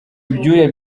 ibyuya